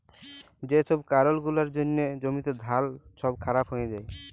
যে ছব কারল গুলার জ্যনহে জ্যমিতে ধাল ছব খারাপ হঁয়ে যায়